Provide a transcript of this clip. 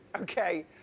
Okay